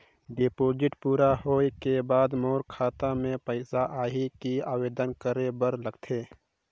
Deposit पूरा होय के बाद मोर खाता मे पइसा आही कि आवेदन करे बर लगथे?